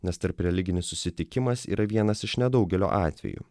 nes tarpreliginis susitikimas yra vienas iš nedaugelio atvejų